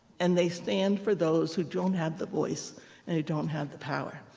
and they stand for those who don't have the voice and who don't have the power.